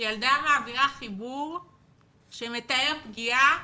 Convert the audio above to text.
כשילדה מעבירה חיבור שמתאר פגיעה